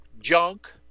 junk